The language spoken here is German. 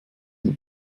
nur